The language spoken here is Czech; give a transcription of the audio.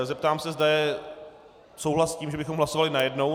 Zeptám se, zda je souhlas s tím, že bychom hlasovali najednou.